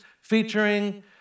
featuring